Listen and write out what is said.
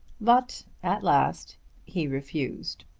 but at last he refused.